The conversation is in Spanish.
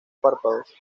párpados